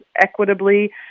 equitably